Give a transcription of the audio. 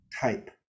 type